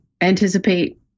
anticipate